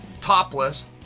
topless